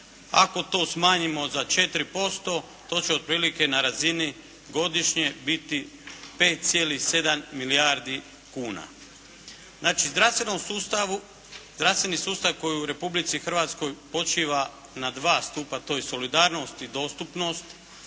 Ako to smanjimo za 4% to će otprilike na razini godišnje biti 5,7 milijardi kuna. Znači zdravstvenom sustavu, zdravstveni sustav koji u Republici Hrvatskoj počiva na dva stupa, to je solidarnost i dostupnost